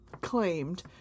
claimed